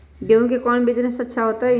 गेंहू के कौन बिजनेस अच्छा होतई?